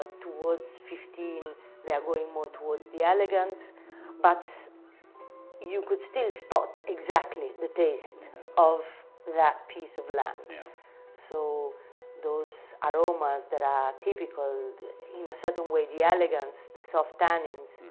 towards fifteen they are going more towards the elegance but you could still spot exactly the taste of that piece of land so those aromas that are typical in a certain way the elegance the soft tannins